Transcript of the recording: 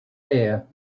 here